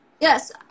Yes